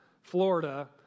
Florida